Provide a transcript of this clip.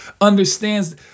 understands